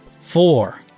Four